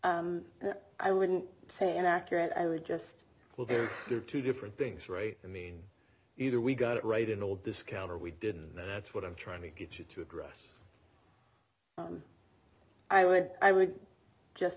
i wouldn't say inaccurate i would just well there are two different things right i mean either we got it right in all discount or we didn't that's what i'm trying to get you to address i would i would just